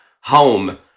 home